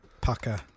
Pucker